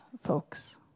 folks